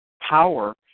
power